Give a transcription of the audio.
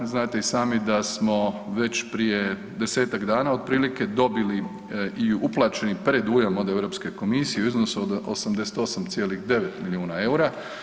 Znate i sami da smo već prije desetak dana otprilike dobili i uplaćeni predujam od Europske komisije u iznosu od 88,9 milijuna eura.